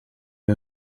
iyo